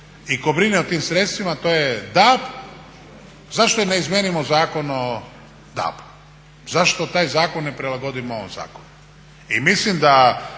i tko brine o tim sredstvima, a to je DAB, zašto ne izmijenimo Zakon o DAB-u, zašto taj zakon ne prilagodimo ovom zakonu. I mislim da